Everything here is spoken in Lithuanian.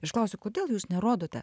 ir aš klausiu kodėl jūs nerodote